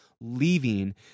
leaving